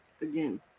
again